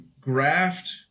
graft